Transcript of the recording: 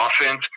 offense